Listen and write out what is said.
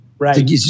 Right